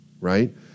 right